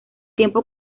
tiempo